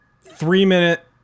three-minute